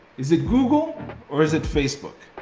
is it google or is it facebook?